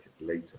later